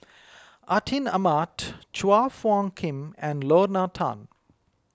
Atin Amat Chua Phung Kim and Lorna Tan